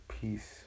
peace